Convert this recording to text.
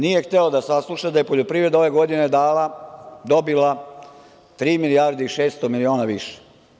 Nije hteo da sasluša da je poljoprivreda ove godine dobila 3 milijarde i 600 miliona više.